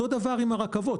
אותו הדבר עם הרכבות.